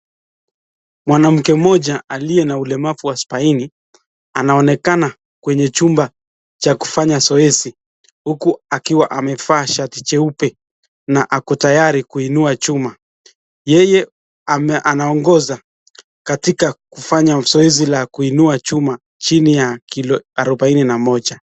Mwanamke mmoja anaye kuwa na ulemavu wa spaini anaonekana kwenye chumba cha kufanya zoezi na ako tayari kuinua chuma yeye anaongoza kwenye zoezi ya kuinua chuma chini ya kilo arubaini na moja.